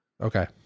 Okay